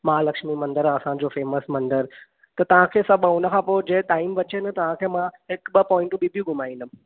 महालक्ष्मी आहे असांजो फेमस मंदर त तव्हां खे सभु ऐं उन खां पोइ जे टाइम बचे न त तव्हां हिकु ॿ प्वाइंट ॿियूं बि घुमाईंदुमि